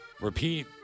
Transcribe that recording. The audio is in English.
Repeat